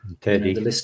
Teddy